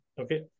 Okay